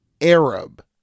Arab